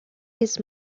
his